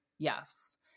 Yes